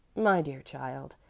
my dear child,